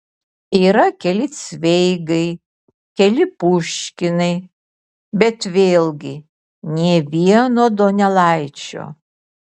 yra keli cveigai keli puškinai bet vėlgi nė vieno donelaičio